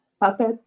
puppet